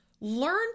learn